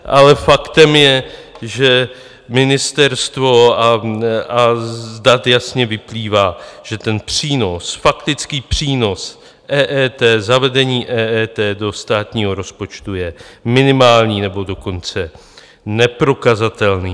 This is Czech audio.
Ale faktem je, že ministerstvo... a z dat jasně vyplývá, že ten přínos, faktický přínos EET, zavedení EET, do státního rozpočtu je minimální, nebo dokonce neprokazatelný.